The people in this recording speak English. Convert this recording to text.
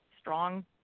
strong